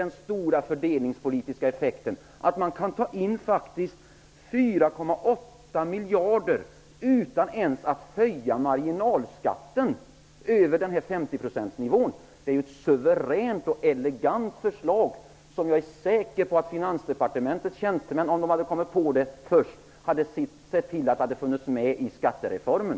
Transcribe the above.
Den stora fördelningspolitiska effekten är faktiskt att man kan ta in 4,8 miljarder utan att ens behöva höja marginalskatten över 50-procentsnivån. Det är ett suveränt och elegant förslag, som jag är alldeles tvärsäker på att Finansdepartementets tjänstemän, om de hade kommit på det, skulle ha sett till att få med i skattereformen.